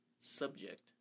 subject